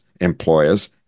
employers